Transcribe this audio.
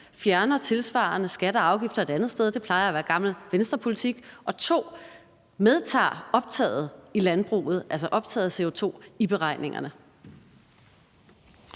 fjerner tilsvarende skatter og afgifter et andet sted, det plejer at være gammel Venstrepolitik, og 2) medtager optaget af CO2 i landbruget i beregningerne.